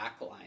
backline